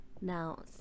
now